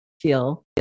feel